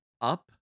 up